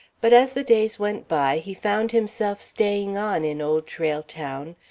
but as the days went by, he found himself staying on in old trail town,